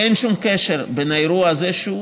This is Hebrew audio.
אין שום קשר בין האירוע הזה,